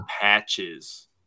patches